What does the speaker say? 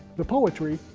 the poetry,